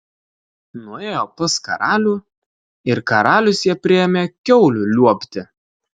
nuėjo pas karalių ir karalius ją priėmė kiaulių liuobti